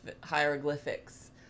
hieroglyphics